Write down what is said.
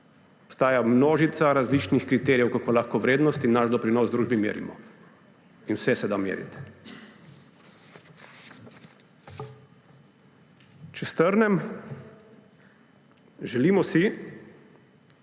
Obstaja množica različnih kriterijev, kako lahko vrednost in naš doprinos družbi merimo, in vse se da meriti. Če strnem. Želimo si